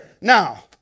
Now